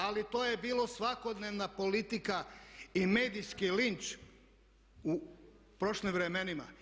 Ali to je bilo svakodnevna politika i medijski linč u prošlim vremenima.